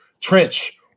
trench